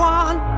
one